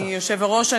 אדוני היושב-ראש,